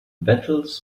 battles